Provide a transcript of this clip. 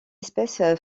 espèce